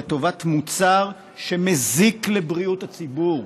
לטובת מוצר שמזיק לבריאות הציבור.